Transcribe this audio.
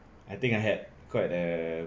I think I had quite a